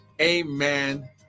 Amen